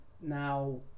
now